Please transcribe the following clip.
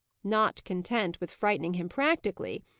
not content with frightening him practically,